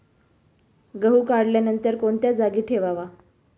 गहू काढल्यानंतर कोणत्या जागी ठेवावा?